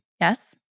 Yes